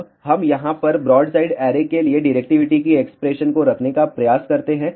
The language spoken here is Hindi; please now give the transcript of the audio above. अब हम यहाँ पर ब्रॉडसाइड ऐरे के लिए डिरेक्टिविटी की एक्सप्रेशन को रखने का प्रयास करते हैं